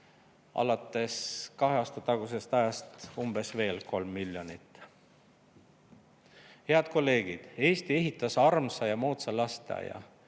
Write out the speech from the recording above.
alates kahe aasta tagusest ajast veel umbes 3 miljonit. Head kolleegid! Eesti ehitas armsa ja moodsa lasteaia,